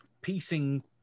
Piecing